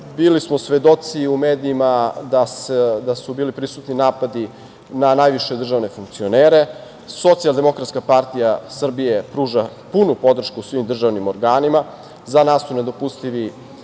bili smo svedoci u medijima da su bili prisutni napadi na najviše državne funkcionere. Socijaldemokratska partija Srbije pruža punu podršku svim državnim organima. Za nas su nedopustivi